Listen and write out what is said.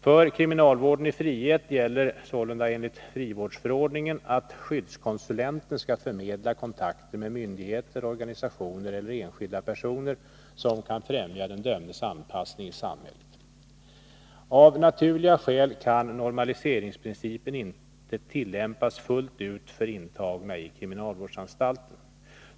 För kriminalvården i frihet gäller sålunda enligt frivårdsförordningen att skyddskonsulenten skall förmedla kontakter med myndigheter, organisationer eller enskilda personer som kan främja den dömdes anpassning i samhället. Av naturliga skäl kan normaliseringsprincipen inte tillämpas fullt ut för intagna i kriminalvårdsanstalterna.